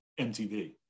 MTV